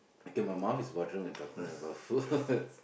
okay my mouth is watering while talking about foods